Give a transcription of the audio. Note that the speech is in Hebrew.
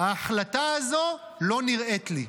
ההחלטה הזאת לא נראית לי.